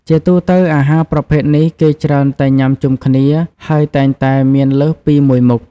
ជាទូទៅ អាហារប្រភេទនេះ គេច្រើនតែញុាំជុំគ្នា ហើយតែងតែមានលើសពីមួយមុខ។